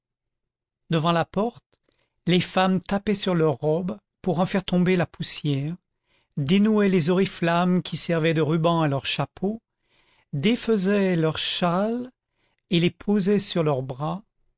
devant la porte les femmes tapaient sur leurs robes pour en faire tomber la poussière dénouaient les oriflammes qui servaient de rubans à leurs chapeaux défaisaient leurs châles et les posaient sur leurs bras